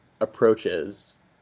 approaches